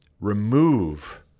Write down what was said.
remove